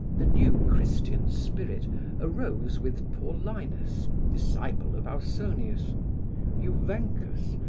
the new christian spirit arose with paulinus, disciple of ausonius juvencus,